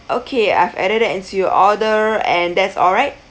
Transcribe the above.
okay I've added that into your order and that's all right